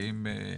האם יש,